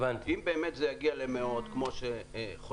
אם באמת זה יגיע למאות כמו שחושבים,